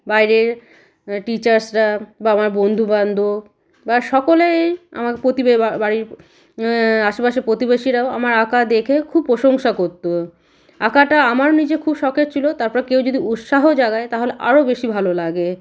বাইরের টিচার্সরা বা আমার বন্ধু বান্ধব বা সকলেই আমার প্রতি বাড়ির আশেপাশের প্রতিবেশিরাও আমার আঁকা দেখেও খুব প্রশংসা করতো আঁকাটা আমার নিজে খুব শখের ছিলো তারপর কেউ যদি উৎসাহ জাগায় তাহলে আরও বেশি ভালো লাগে